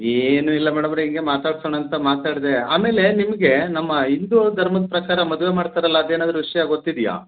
ಏನೂ ಇಲ್ಲ ಮೇಡಮ್ ಅವರೆ ಹಿಂಗೆ ಮಾತಾಡಿಸೋಣ ಅಂತ ಮಾತಾಡಿದೆ ಆಮೇಲೆ ನಿಮಗೆ ನಮ್ಮ ಹಿಂದೂ ಧರ್ಮದ ಪ್ರಕಾರ ಮದುವೆ ಮಾಡ್ತಾರಲ್ಲ ಅದು ಏನಾದ್ರೂ ವಿಷಯ ಗೊತ್ತಿದೆಯ